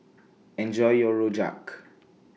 Enjoy your Rojak